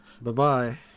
Bye-bye